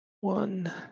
one